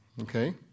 okay